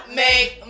make